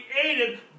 created